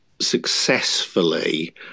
successfully